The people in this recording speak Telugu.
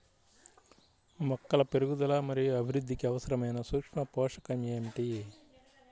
మొక్కల పెరుగుదల మరియు అభివృద్ధికి అవసరమైన సూక్ష్మ పోషకం ఏమిటి?